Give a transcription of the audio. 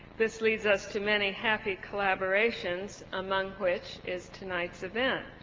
this leads us to many happy collaborations among which is tonight's event.